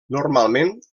normalment